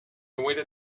waited